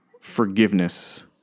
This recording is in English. forgiveness